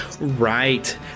Right